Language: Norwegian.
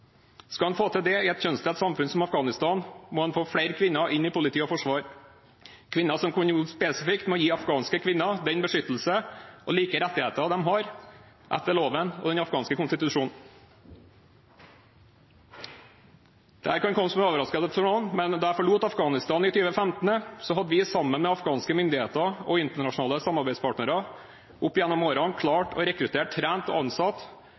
Skal en få til det i et kjønnsdelt samfunn som Afghanistan, må en få flere kvinner inn i politi og forsvar, kvinner som kan jobbe spesifikt med å gi afghanske kvinner den beskyttelse og de like rettigheter de har etter loven og den afghanske konstitusjonen. Dette kan komme som en overraskelse på noen, men da jeg forlot Afghanistan i 2015, hadde vi sammen med afghanske myndigheter og internasjonale samarbeidspartnere opp gjennom årene klart å rekruttere, trene og